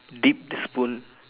dipped the spoon